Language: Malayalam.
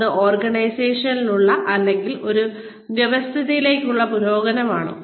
അത് ഓർഗനൈസേഷനിലുള്ള അല്ലെങ്കിൽ ആ വ്യവസ്ഥിതിക്കുള്ളിലുള്ള പുരോഗമനമാണോ